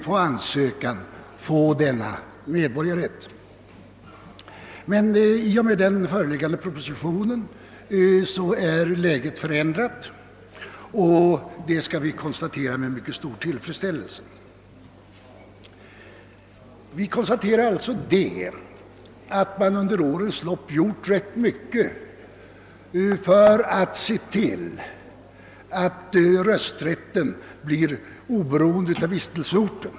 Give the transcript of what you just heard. Dem har man inte ägnat samma intresse. I och med att förslaget i den föreliggande propositionen antages kommer emellertid läget att bli förbättrat, och detta kan vi notera med mycket stor tillfredsställelse. Vi konstaterar också att man under årens lopp gjort ganska mycket för att se till att rösträtten göres oberoende av vistelseorten.